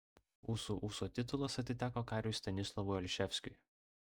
ūsų ūso titulas atiteko kariui stanislovui olševskiui